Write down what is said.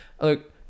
Look